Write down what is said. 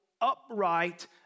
upright